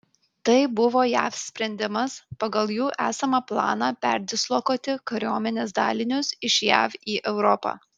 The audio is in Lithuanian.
tai buvo jav sprendimas pagal jų esamą planą perdislokuoti kariuomenės dalinius iš jav į europą